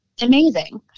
amazing